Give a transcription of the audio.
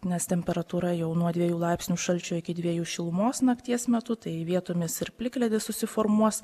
nes temperatūra jau nuo dviejų laipsnių šalčio iki dviejų šilumos nakties metu tai vietomis ir plikledis susiformuos